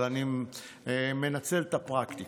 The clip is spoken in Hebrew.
אבל אני מנצל את הפרקטיקה.